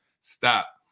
stop